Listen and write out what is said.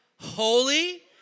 holy